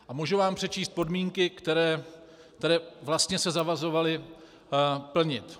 A můžu vám přečíst podmínky, které vlastně se zavazovali plnit.